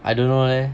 I don't know leh